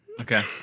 Okay